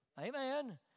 Amen